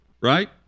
right